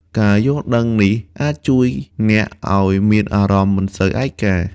ការយល់ដឹងនេះអាចជួយអ្នកឱ្យមានអារម្មណ៍មិនសូវឯកា។